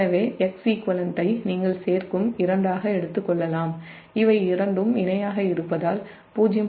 எனவே xeqxeq ஐ நீங்கள் இரண்டாக எடுத்துக் கொள்ளலாம்இவை இரண்டும் இணையாக இருப்பதால்0